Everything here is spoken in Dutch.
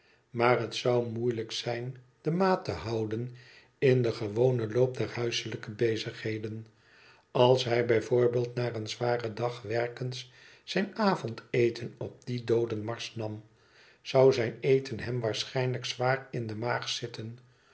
maar het zou moeielijk zijn de maat te houden in den gewonen loop der hmselijke bezigheden als hij bij voorbeeld na een zwaren dag werkens zijn avondeten op dien doodenmarsch nam zou zijn eten hem waarschijnlijk zwaar in de maag zitten